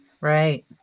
right